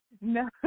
No